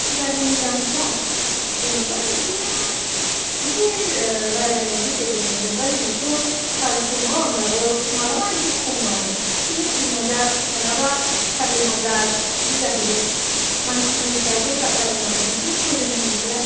गारिनि दामफ्रा जेनेबा इदिनो एसे रायज्लायनायनि गेजेरजों जेनेबा जोंनिथ' चार्स दङ होमब्लाबो माब्लाबा एसे खमो आरो बिदिनो तिन हाजार नङाब्ला सारि हाजार बिदि जाहैयो मानसिनि सायावबो जागोन आरो नोंसोरो खयजन होन्दोंमोनलाय